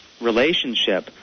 relationship